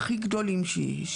הכי גדולים שיש.